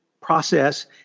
process